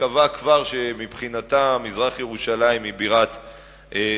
וקבעה כבר שמבחינתה מזרח-ירושלים היא בירת פלסטין.